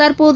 தற்போது